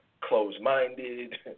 closed-minded